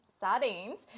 sardines